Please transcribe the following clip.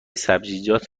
سبزیجات